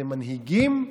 אתם מנהיגים,